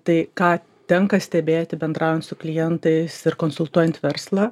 tai ką tenka stebėti bendraujant su klientais ir konsultuojant verslą